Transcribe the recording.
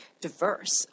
diverse